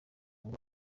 ngo